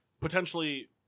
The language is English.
potentially